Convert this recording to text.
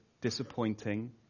disappointing